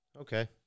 Okay